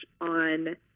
on